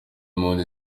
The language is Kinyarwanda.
mpunzi